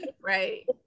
Right